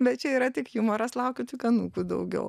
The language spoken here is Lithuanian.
bet čia yra tik jumoras laukiu tik anūkų daugiau